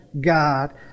God